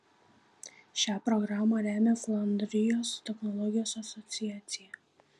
šią programą remia flandrijos technologijos asociacija